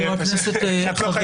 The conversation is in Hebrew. את לא חייבת כמובן לענות.